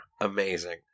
amazing